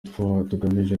tugamije